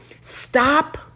Stop